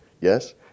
yes